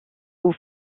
aux